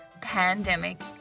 pandemic